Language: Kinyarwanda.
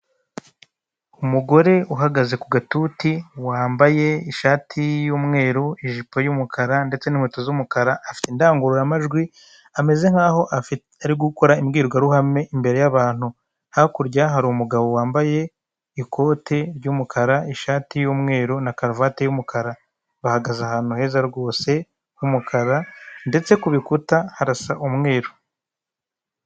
Umugore uhagaze ku gatuti, wambaye ishati y'umweru, ijipo y'umukara ndetse n'inkweto z'umukara, afite indangururamajwi, ameze nk'aho ari gukora imbwirwaruhame imbere y'abantu. Hakurya hari umugabo wambaye ikote ry'umukara, ishati y'umweru na karuvati y'umukara. Bahagaze ahantu heza rwose h'umukara ndetse ku bikuta harasa umweru.